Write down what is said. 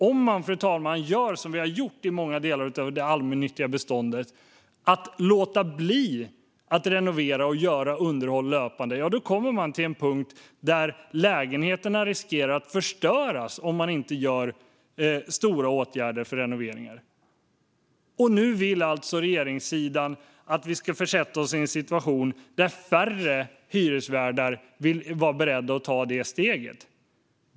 Om man gör som vi har gjort i många delar av det allmännyttiga beståndet och låter bli att renovera och göra underhåll löpande, ja, då kommer man till en punkt där lägenheterna riskerar att förstöras. Och nu vill alltså regeringssidan att vi ska försätta oss i en situation där färre hyresvärdar är beredda att ta steget att renovera.